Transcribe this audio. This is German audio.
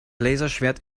laserschwert